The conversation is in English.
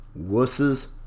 Wusses